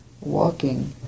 walking